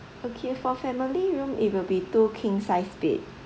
okay for family room it will be two king size bed